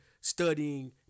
studying